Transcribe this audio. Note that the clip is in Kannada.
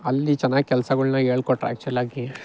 ಅಲ್ಲಿ ಚೆನ್ನಾಗ್ ಕೆಲ್ಸಗಳ್ನ ಹೇಳ್ಕೊಟ್ರ್ ಆ್ಯಕ್ಚುಲ್ಲಾಗಿ